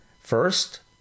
First